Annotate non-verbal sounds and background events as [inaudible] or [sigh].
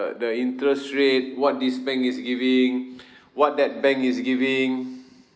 the interest rate what this bank is giving [breath] what that bank is giving